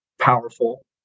powerful